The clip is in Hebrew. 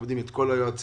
מכבדים את כל היועצים,